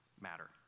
matter